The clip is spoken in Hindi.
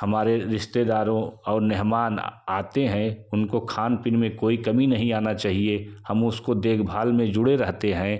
हमारे रिश्तेदारों और मेहमान आते हैं उनको खान पीन में कोई कमी नहीं आना चाहिए हम उसको देख भाल में जुड़े रहते हैं